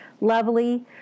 lovely